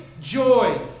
joy